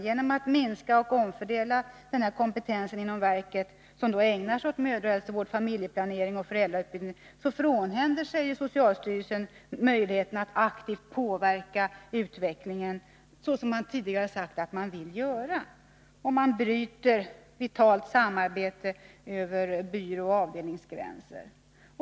Genom att omfördela kompetens inom verket som ägnat sig åt mödravård, familjeplanering och föräldrautbildning frånhänder sig ju socialstyrelsen möjligheterna att aktivt påverka utvecklingen, såsom man tidigare sagt att man vill göra. Man bryter vitalt samarbetet över byråoch avdelningsgränser.